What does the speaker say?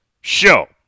show